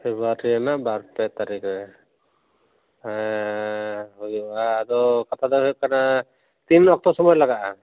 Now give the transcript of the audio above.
February ᱨᱮᱱᱟᱜ ᱵᱟᱨ ᱯᱮ ᱛᱟᱹᱨᱤᱠ ᱨᱮ ᱦᱮᱸᱻ ᱦᱩᱭᱩᱜᱼᱟ ᱟᱫᱚ ᱠᱟᱛᱷᱟ ᱫᱚ ᱦᱩᱭᱩᱜ ᱠᱟᱱᱟ ᱛᱤᱱ ᱚᱠᱛᱚ ᱥᱚᱢᱚᱭ ᱞᱟᱜᱟᱜᱼᱟ